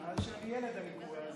מאז שאני ילד אני קורא על זה.